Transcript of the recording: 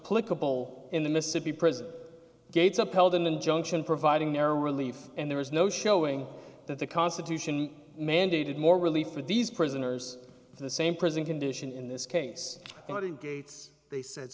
poll in the mississippi prison gates upheld an injunction providing narrow relief and there is no showing that the constitution mandated more relief for these prisoners the same prison condition in this case not in gates they said